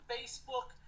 Facebook